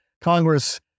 Congress